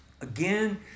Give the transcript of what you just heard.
Again